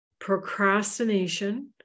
procrastination